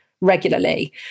regularly